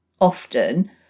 often